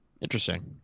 interesting